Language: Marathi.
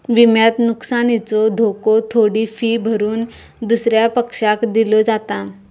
विम्यात नुकसानीचो धोको थोडी फी भरून दुसऱ्या पक्षाक दिलो जाता